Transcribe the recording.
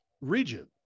region